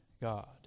God